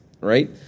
right